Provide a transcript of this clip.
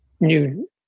new